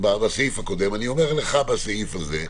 בסעיף הקודם, אני אומר לך בסעיף הזה,